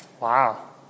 Wow